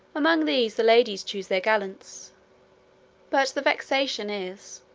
among these the ladies choose their gallants but the vexation is,